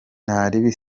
ntaribi